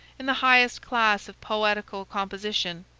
in the highest class of poetical composition,